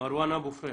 מרואן אבו פריח,